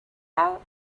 out